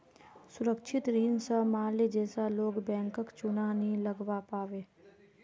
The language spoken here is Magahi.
सुरक्षित ऋण स माल्या जैसा लोग बैंकक चुना नी लगव्वा पाबे